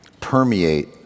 permeate